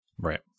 Right